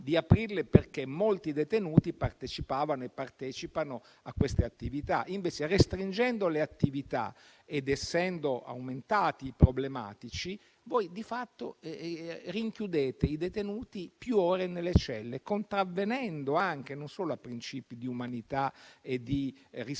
di aprirle perché molti detenuti partecipavano e partecipano a quelle attività. Invece, restringendo le attività ed essendo aumentati i problematici, voi di fatto rinchiudete i detenuti più ore nelle celle, contravvenendo non solo a principi di umanità e di rispetto